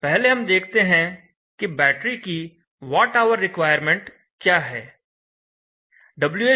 पहले हम देखते हैं कि बैटरी की वाट आवर रिक्वायरमेंट क्या है